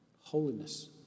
holiness